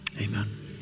amen